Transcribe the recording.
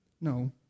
No